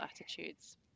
attitudes